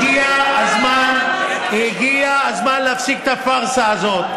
הגיע הזמן להפסיק את הפארסה הזאת.